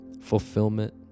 fulfillment